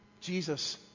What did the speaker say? Jesus